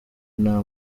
nta